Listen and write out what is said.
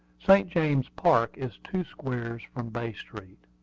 st. james park is two squares from bay street.